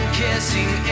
kissing